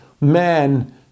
man